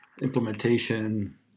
implementation